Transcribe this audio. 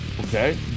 Okay